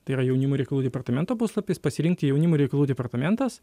tai yra jaunimo reikalų departamento puslapis pasirinkti jaunimo reikalų departamentas